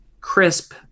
crisp